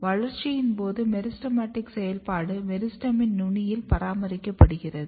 வளர்ச்சியின் போது மெரிஸ்டெமடிக் செயல்பாடு மெரிஸ்டெமின் நுனியில் பராமரிக்கப்படுகிறது